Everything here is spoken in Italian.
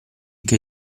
che